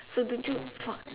so don't you fi~